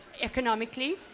economically